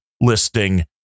listing